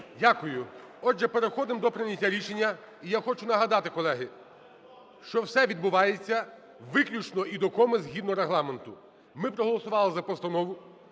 Дякую. Отже, переходимо до прийняття рішення. І я хочу нагадати, колеги, що все відбувається виключно і до коми згідно Регламенту. Ми проголосували за постанову,